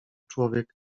człowiek